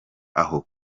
aho